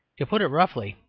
to put it roughly,